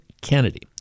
Kennedy